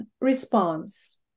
response